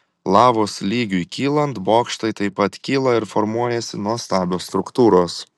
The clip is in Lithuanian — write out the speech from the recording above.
lavos lygiui kylant bokštai taip pat kyla ir formuojasi nuostabios struktūros